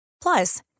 Plus